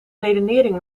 redenering